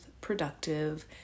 productive